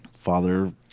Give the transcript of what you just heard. Father